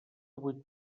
vuit